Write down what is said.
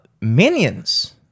Minions